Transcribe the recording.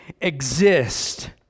exist